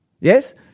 Yes